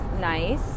nice